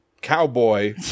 cowboy